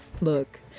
Look